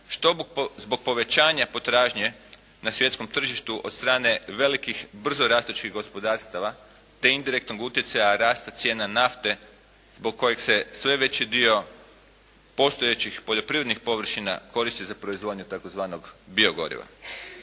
što zbog povećanja potražnje na svjetskom tržištu od strane velikih brzo rastućih gospodarstava te indirektnog utjecaja rasta cijena nafte zbog kojeg se sve veći dio postojećih poljoprivrednih površina koristi za proizvodnju takozvanog bio goriva.